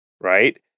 right